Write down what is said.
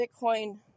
Bitcoin